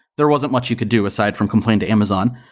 there wasn't much you could do aside from complain to amazon.